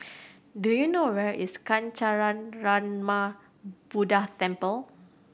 do you know where is Kancanarama Buddha Temple